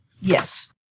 Yes